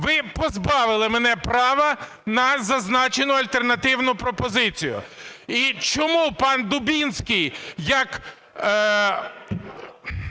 Ви позбавили мене права на зазначену альтернативну пропозицію. І чому пан Дубінський як